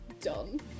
done